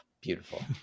beautiful